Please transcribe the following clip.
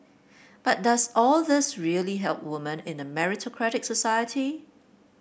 but does all this really help woman in a meritocratic society